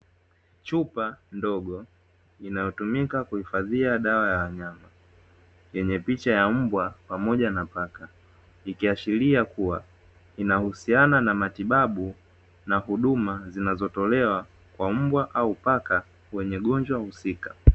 Chupa ndogo inayotumika kuhifadhia dawa ya wanyama yenye picha ya mbwa pamoja na paka, ikiashiria kuwa inahusiana na matibabu na huduma zinazotolewa kwa mbwa au paka wenye ugonjwa husika.